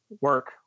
work